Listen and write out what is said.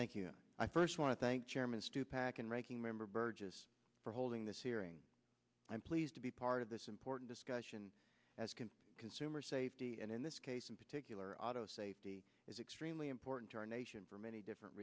thank you i first want to thank chairman stu pac and ranking member burgess for holding this hearing i'm pleased to be part of this important discussion as consumer safety and in this case in particular auto safety is extremely important to our nation for many different